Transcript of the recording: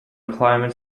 climate